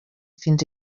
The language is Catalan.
fins